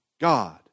God